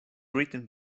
written